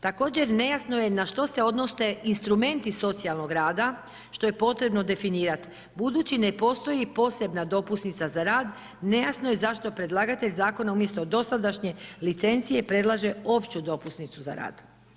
Također, nejasno je na što se odnose instrumenti socijalnog rada što je potrebno definirati budući ne postoji posebna dopusnica za rad, nejasno je zašto predlagatelj zakona umjesto dosadašnje licencije predlaže opću dopusnicu za rad.